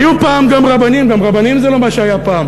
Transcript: היו פעם גם רבנים, גם רבנים זה לא מה שהיה פעם.